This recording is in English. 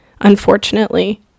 Unfortunately